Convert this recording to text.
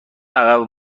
عقب